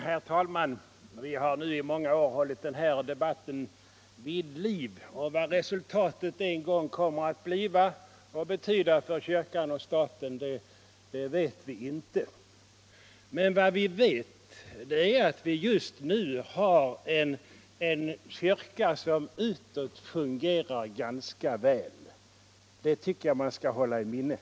Herr talman! Vi har nu i många år hållit debatten om förhållandet kyrka-stat vid liv, och vad resultatet en gång kommer att bli och betyda för kyrkan och staten vet vi inte. Men vad vi vet är att vi just nu har en kyrka som utåt fungerar ganska väl, det tycker jag vi skall hålla i minnet.